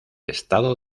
estado